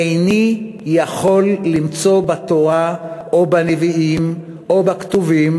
איני יכול למצוא בתורה או בנביאים או בכתובים